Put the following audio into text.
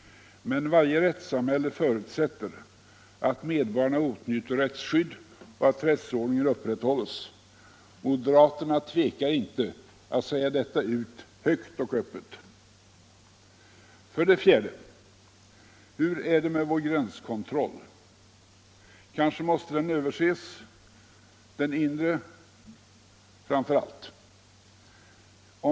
Men varje rättssamhälle förutsätter att medborgarna åtnjuter rättsskydd och att rättsordningen upprätthålles. Moderaterna tvekar inte att säga ut detta högt och öppet. 4. Hur är det med vår gränskontroll? Kanske måste den överses, framför allt den inre.